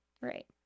Right